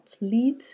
lead